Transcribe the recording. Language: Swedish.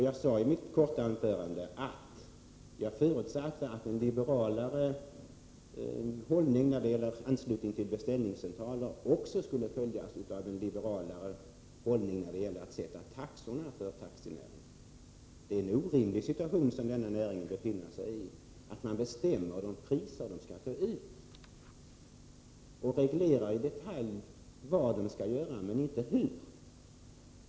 Jag sade i mitt korta anförande att jag förutsatte att en liberalare hållning när det gäller anslutning till beställningscentraler också skulle följas av en liberalare hållning när det gäller att sätta taxorna för taxinäringen. Det är en orimlig situation som denna näring befinner sig i: Man bestämmer de priser den skall ta ut och reglerar i detalj vad den skall göra men inte hur.